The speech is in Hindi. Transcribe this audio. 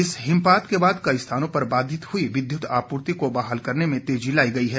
इस हिमपात के बाद कई स्थानों पर बाधित हई विद्युत आपूर्ति को बहाल करने में तेजी लाई गई है